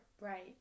Right